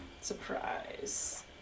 Surprise